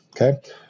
okay